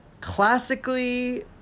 classically